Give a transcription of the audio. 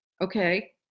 Okay